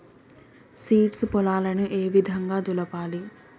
Seeds పొలాలను ఏ విధంగా దులపాలి?